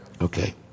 okay